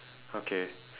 okay